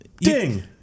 Ding